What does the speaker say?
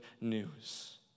news